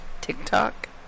TikTok